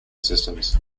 systems